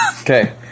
Okay